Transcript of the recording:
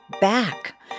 back